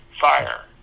fire